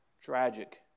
tragic